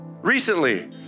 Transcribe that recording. recently